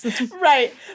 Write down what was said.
Right